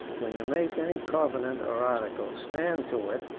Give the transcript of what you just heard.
when you make any covenant or article, stand to it,